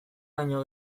baino